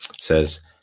says